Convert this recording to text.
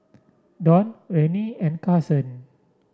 Don Rennie and Carson